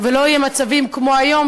ולא יהיו מצבים כמו היום,